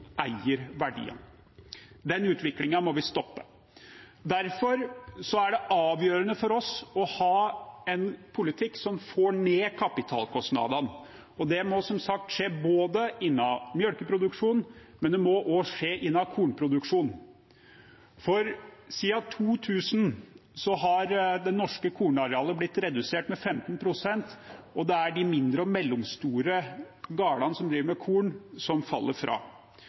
eier verdiene. Den utviklingen må vi stoppe. Derfor er det avgjørende for oss å ha en politikk som får ned kapitalkostnadene. Det må som sagt skje innen melkeproduksjon, men det må også skje innen kornproduksjon, for siden 2000 har det norske kornarealet blitt redusert med 15 pst., og det er de mindre og mellomstore gardene som driver med korn, som faller fra.